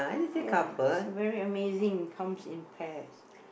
ya it's very amazing comes in pairs